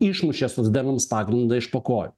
išmušė socdemams pagrindą iš po kojų